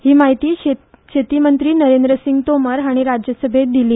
ही माहिती शेती मंत्री नरेंद्र सिंग तोमर हांणी काल राज्यसभेंत दिली